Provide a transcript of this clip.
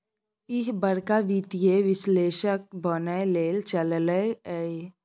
ईह बड़का वित्तीय विश्लेषक बनय लए चललै ये